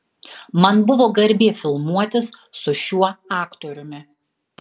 man buvo garbė filmuotis su šiuo aktoriumi